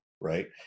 Right